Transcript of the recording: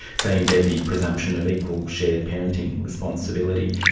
say, embed the presumption of equal shared parenting responsibility.